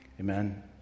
Amen